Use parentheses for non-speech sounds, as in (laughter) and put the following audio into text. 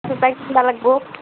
(unintelligible) কিনিব লাগিব